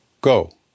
go